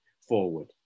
forward